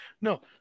no